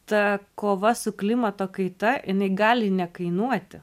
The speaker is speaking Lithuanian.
ta kova su klimato kaita jinai gali nekainuoti